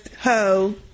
Ho